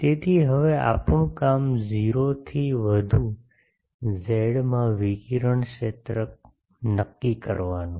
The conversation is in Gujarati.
તેથી હવે આપણું કામ 0 થી વધુ z માં વિકિરણ ક્ષેત્ર નક્કી કરવાનું છે